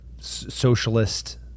socialist